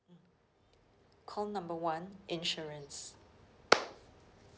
call number one insurance